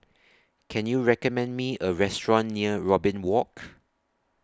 Can YOU recommend Me A Restaurant near Robin Walk